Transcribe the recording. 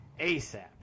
ASAP